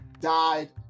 died